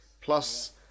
plus